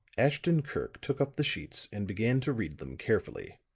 ashton-kirk took up the sheets and began to read them carefully.